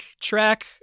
track